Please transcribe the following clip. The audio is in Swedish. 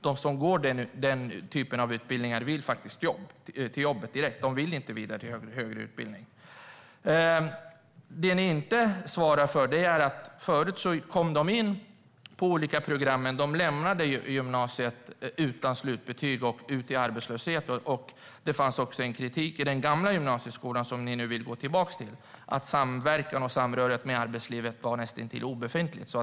De som går den typen av utbildningar vill till jobb direkt. De vill inte vidare till högre utbildning. Det ni inte svarar för är att eleverna förut kom in på olika program men lämnade gymnasiet utan slutbetyg och gick ut i arbetslöshet. Det fanns också en kritik i den gamla gymnasieskolan, som ni nu vill gå tillbaka till, mot att samverkan och samröret med arbetslivet var näst intill obefintligt.